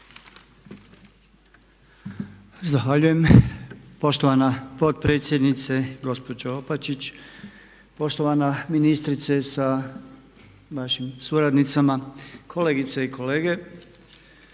Zahvaljujem poštovana potpredsjednice gospođo Opačić, poštovana ministrice sa vašim suradnicama, kolegice i kolege.